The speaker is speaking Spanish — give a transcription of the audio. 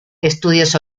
estudios